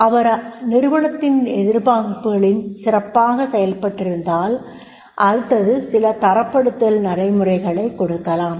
அவர் நிறுவனத்தின் எதிர்பார்ப்புகளின்படி சிறப்பாக செயல்பட்டிருந்தால் அடுத்தது சில தரப்படுத்தல் நடைமுறைகளைக் கொடுக்கலாம்